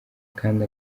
kandi